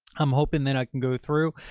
i'm hoping that i can go through.